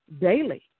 daily